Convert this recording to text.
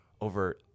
over